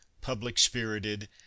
public-spirited